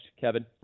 Kevin